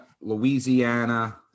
Louisiana